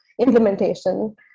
implementation